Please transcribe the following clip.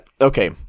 okay